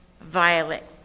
Violet